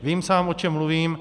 Vím sám, o čem mluvím.